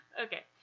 Okay